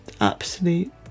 absolute